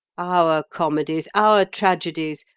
our comedies, our tragedies,